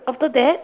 after that